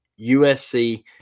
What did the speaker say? USC